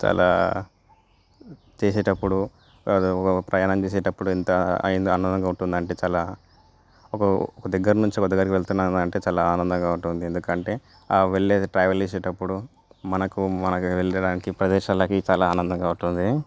అలా చేసేటప్పుడు ప్రయాణం చేసేటప్పుడు ఎంత అం అందంగా ఉంటుందంటే చాలా ఒక దగ్గర్నుంచి ఒక దగ్గరికి వెళ్తున్నామంటే చాలా ఆనందంగా ఉంటుంది ఎందుకంటే ఆ వెళ్ళేది ట్రావెల్ చేసేటప్పుడు మనకు మనకు వెళ్లడానికి ప్రదేశాలకి చాలా ఆనందంగా ఉంటుంది